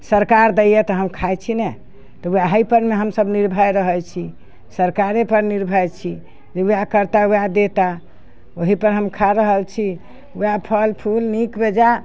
सरकार दैय तऽ हम खाइ छी नहि तऽ उहाइपर हमसभ निर्भय रहै छी सरकारेपर निर्भर छी जे वएह करता वएह देता ओहिपर हम खा रहल छी वएह फल फूल नीक बेजै